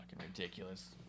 ridiculous